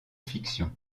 fiction